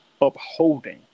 upholding